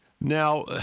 Now